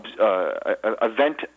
event